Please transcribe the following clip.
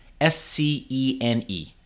S-C-E-N-E